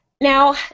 Now